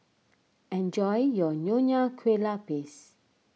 enjoy your Nonya Kueh Lapis